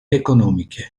economiche